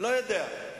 אסור לכם,